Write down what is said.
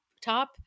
top